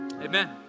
Amen